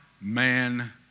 man